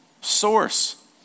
source